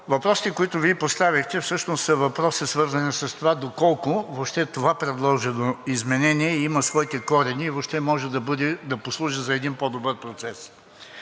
въпросите, които Вие поставихте, всъщност са въпроси, свързани с това, доколко въобще това предложено изменение има своите корени и въобще може да послужи за един по-добър процес.